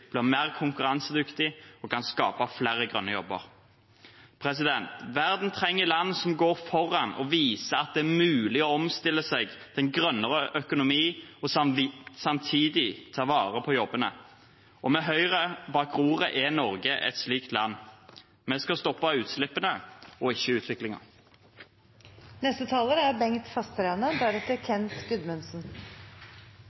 blir mer konkurransedyktig og kan skape flere grønne jobber. Verden trenger land som går foran og viser at det er mulig å omstille seg til en grønnere økonomi og samtidig ta vare på jobbene. Med Høyre bak roret er Norge et slikt land. Vi skal stoppe utslippene og ikke